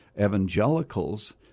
evangelicals